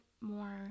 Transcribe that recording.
more